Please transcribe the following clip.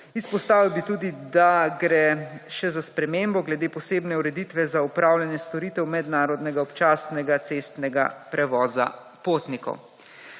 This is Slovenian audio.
izpostavil bi tudi, da gre še za spremembo glede posebne ureditve za upravljanje storitev mednarodnega občasnega cestnega prevoza potnikov.